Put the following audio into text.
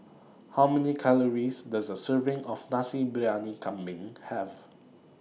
How Many Calories Does A Serving of Nasi Briyani Kambing Have